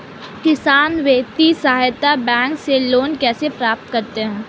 किसान वित्तीय सहायता बैंक से लोंन कैसे प्राप्त करते हैं?